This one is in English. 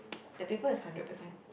the paper is hundred percent